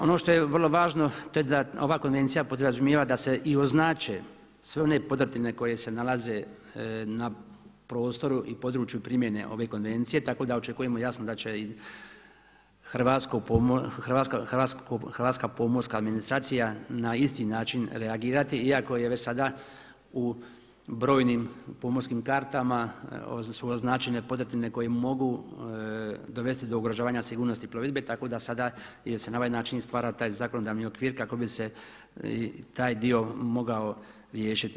Ono što je vrlo važno to je da ova Konvencija podrazumijeva da se i označe sve one podrtine koje se nalaze na prostoru i području primjene ove konvencije tako da očekujemo jasno da će i hrvatska pomorska administracija na isti način reagirati iako je već sada u brojnim pomorskim kartama su označene podrtine koje mogu dovesti do ugrožavanja sigurnosti plovidbe tako da sada, jer se na ovaj način i stvara taj zakonodavni okvir kako bi se i taj dio moga riješiti.